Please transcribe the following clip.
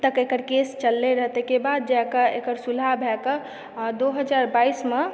तक एकर केस चललय रहऽ तेकर बाद जायकऽ एकर सुलह भएकऽ दू हजार बाइसमऽ